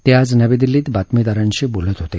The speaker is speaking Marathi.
ते आज नवी दिल्लीत बातमीदारांशी बोलत होते